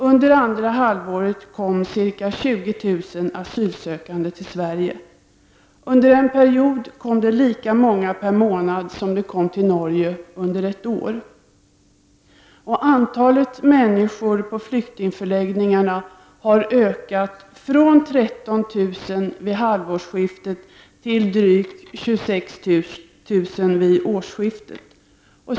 Under andra halvåret kom ca 20 000 asylsökande till Sverige. Under en period kom det lika många per månad som det kommer till Norge under ett år. Antalet människor på flyktingförläggningar har ökat från 13 000 vid halvårsskiftet till drygt 26 000 vid årsskiftet.